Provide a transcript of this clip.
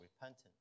repentance